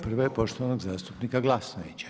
Prva je poštovanog zastupnika Glasnovića.